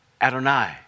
Adonai